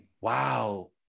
Wow